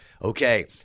Okay